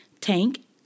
Tank